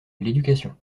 l’éducation